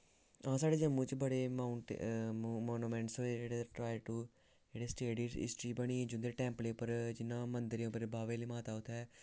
हां साढ़े जम्मू च बड़े माउंट मानुमैंटस होए जेह्ड़े रिटायर्ड टू जेह्ड़े स्टेट दी हिस्टरी बनी जिंदे टैंपलें उप्पर जियां मन्दरें उप्पर बाह्वे आह्ली माता उत्थें